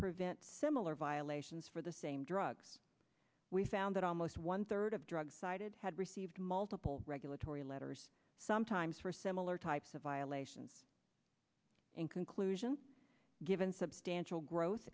prevent similar violations for the same drugs we found that almost one third of drugs cited had received multiple regulatory letters sometimes for similar types of violations and conclusion given substantial gro